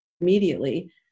immediately